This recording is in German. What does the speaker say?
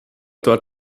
dort